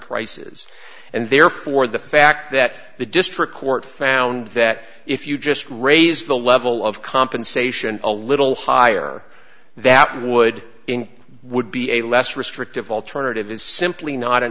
prices and therefore the fact that the district court found that if you just raise the level of compensation a little higher that would would be a less restrictive alternative is simply not an